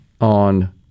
on